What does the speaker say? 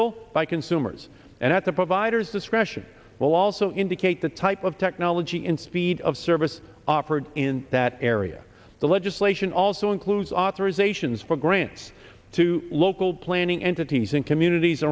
e by consumers and at the providers discretion will also indicate the type of technology in speed of service offered in that area the legislation also includes authorizations for grants to local planning entities and communities